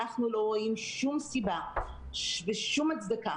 אנחנו לא רואים שום סיבה ושום הצדקה,